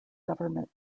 government